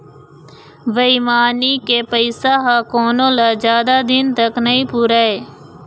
बेईमानी के पइसा ह कोनो ल जादा दिन तक नइ पुरय